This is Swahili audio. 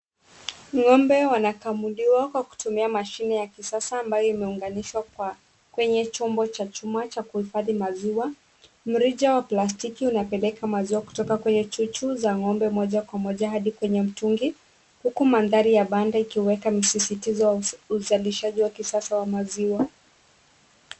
Ng'ombe wanakamuliwa kwa kutumia mashine ya kisasa ambayo imeunganishwa kwa kwenye chombo cha chuma cha kuhifadhi maziwa. Mrija wa plastiki unapeleka maziwa kutoka kwenye chuchu za ng'ombe moja kwa moja hadi kwenye mtungi, huku mandhari ya banda ikiweka misisitizo wa uzalishaji wa kisasa wa maziwa.